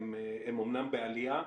הם אמנם בעלייה.